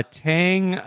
tang